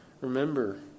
remember